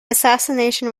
assassination